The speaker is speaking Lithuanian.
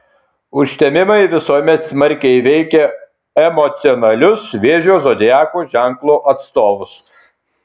užtemimai visuomet smarkiai veikia emocionalius vėžio zodiako ženklo atstovus